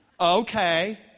Okay